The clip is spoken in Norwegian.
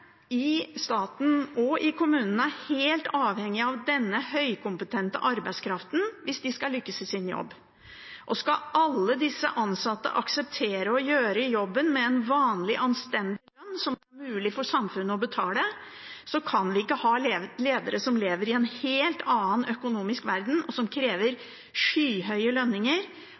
i staten og i kommunene er helt avhengig av denne høykompetente arbeidskraften hvis de skal lykkes i sin jobb. Skal alle disse ansatte akseptere å gjøre jobben med en vanlig, anstendig lønn som det er mulig for samfunnet å betale, kan vi ikke ha ledere som lever i en helt annen økonomisk verden, og som krever skyhøye lønninger,